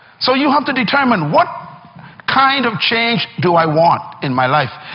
so you have to determine what kind of change do i want in my life?